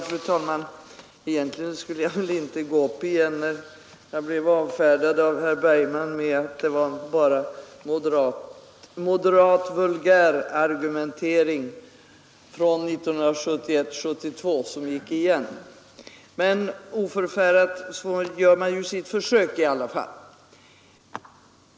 Fru talman! Egentligen skulle jag väl inte gå upp i diskussionen igen när jag blev avfärdad av herr Bergman med att detta bara var en moderat vulgärargumentering från 1971—1972 som gick igen, men oförfärad gör jag ett försök i alla fall.